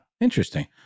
Interesting